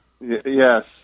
Yes